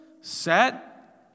set